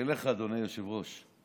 לך, אדוני היושב-ראש.